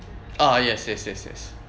ah yes yes yes yes